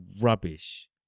rubbish